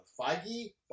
Feige